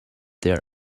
their